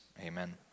Amen